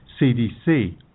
CDC